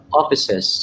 offices